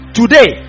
today